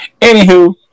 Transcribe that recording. Anywho